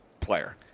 player